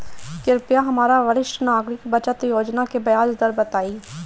कृपया हमरा वरिष्ठ नागरिक बचत योजना के ब्याज दर बताइं